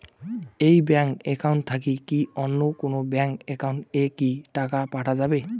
এই bank account থাকি কি অন্য কোনো ব্যাংক একাউন্ট এ কি টাকা পাঠা যাবে?